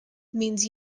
means